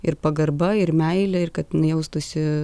ir pagarba ir meilė ir kad jaustųsi